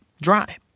dry